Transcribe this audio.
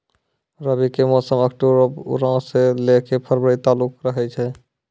रबी के मौसम अक्टूबरो से लै के फरवरी तालुक रहै छै